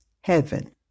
heaven